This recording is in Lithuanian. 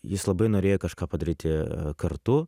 jis labai norėjo kažką padaryti kartu